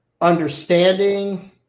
understanding